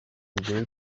bigoye